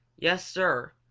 yes, sir,